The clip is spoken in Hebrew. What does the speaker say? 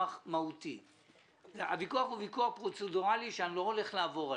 אנחנו נביא לוועדה הבאה